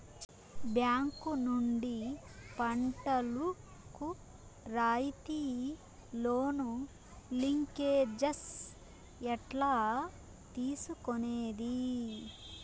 Bank నుండి పంటలు కు రాయితీ లోను, లింకేజస్ ఎట్లా తీసుకొనేది?